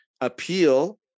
appeal